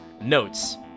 notes